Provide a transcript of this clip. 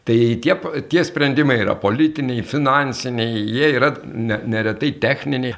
tai tie tie sprendimai yra politiniai finansiniai jie yra ne neretai techniniai